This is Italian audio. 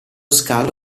scalo